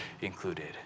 included